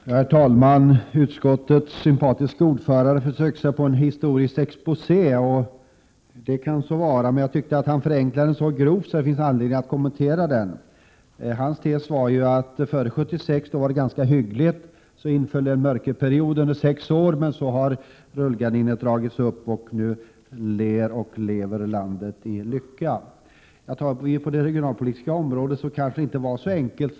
Herr talman! Utskottets sympatiske ordförande försökte sig på en historisk exposé, och det kan så vara, men jag tyckte att han förenklade så grovt att det finns anledning att kommentera den. Hans tes var att det före 1976 var ganska hyggligt. Så inföll det en mörkerperiod under sex år, men sedan har rullgardinen dragits upp, och nu ler människorna och landet lever i lycka. Men på det regionalpolitiska området kanske det inte var så enkelt.